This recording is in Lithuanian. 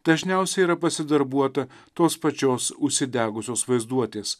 dažniausiai yra pasidarbuota tos pačios užsidegusios vaizduotės